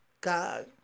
God